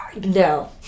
No